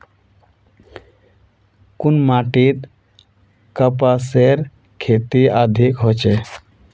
कुन माटित कपासेर खेती अधिक होचे?